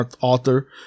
author